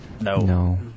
no